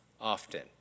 often